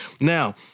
Now